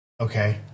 Okay